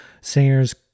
Singers